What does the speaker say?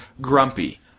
Grumpy